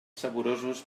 saborosos